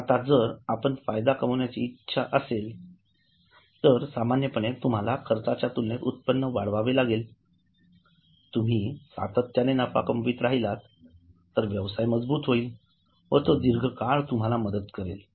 आता जर आपण फायदा कमविण्याची इच्छा असेल तर सामान्यपणे तुम्हाला खर्चाच्या तुलनेत उत्पन्न वाढवावे लागले तुम्ही सातत्याने नफा कमवत राहिलात तर व्यवसाय मजबूत होईल व तो दीर्घकाळ तुम्हाला मदत करेल